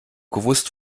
gewusst